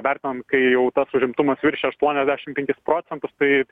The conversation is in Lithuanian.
vertinam kai jau tas užimtumas viršyja aštuoniasdešim penkis procentus tai